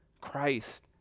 Christ